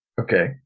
Okay